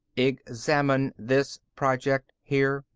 examine this project here,